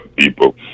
people